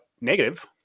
negative